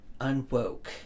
unwoke